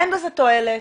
אין בזה תועלת,